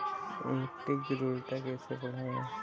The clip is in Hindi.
मिट्टी की उर्वरता कैसे बढ़ाएँ?